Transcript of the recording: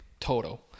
total